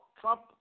Trump